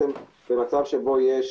שבמצב שבו יש